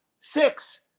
Six